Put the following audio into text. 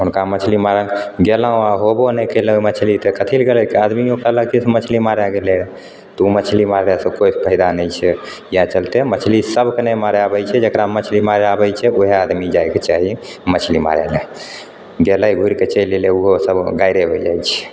ओहनका मछली मारय गेलहुँ आ होयबो नहि कयलै मछली तऽ कथी लै गेलै आदमियो कहलक जे मछली मारै लऽ गेलै तऽ ओ मछली मारले से कोइ फायदा नहि छै इएह चलते मछली सबके नहि मारै अबै छै जेकरा मछली मारय अबै छै ओएह आदमी जाइके चाही मछली मारय लऽ गेलय घूरिके चलि एलै ओहो सब गाइरे हो जाइत छै